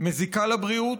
מזיקה לבריאות,